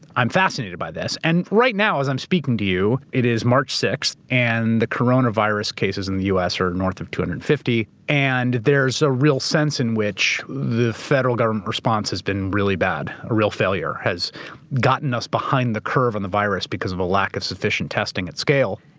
i'm fascinated by this. and right now as i'm speaking to you, it is march sixth and the coronavirus cases in the u. s. are north of two hundred and and fifty and there's a real sense in which the federal government response has been really bad. a real failure has gotten us behind the curve on the virus because of a lack of sufficient testing at scale.